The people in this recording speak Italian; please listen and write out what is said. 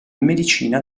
medicina